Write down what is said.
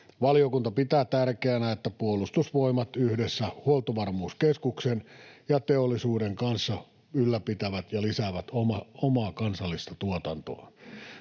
Valiokunta pitää tärkeänä, että Puolustusvoimat yhdessä Huoltovarmuuskeskuksen ja teollisuuden kanssa ylläpitää ja lisää omaa kansallista tuotantoa.